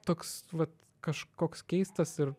toks vat kažkoks keistas ir